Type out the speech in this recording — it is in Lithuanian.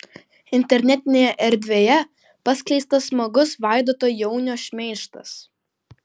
internetinėje erdvėje paskleistas smagus vaidoto jaunio šmeižtas